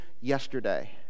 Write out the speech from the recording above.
yesterday